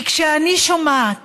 כי כשאני שומעת